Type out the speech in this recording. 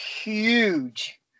huge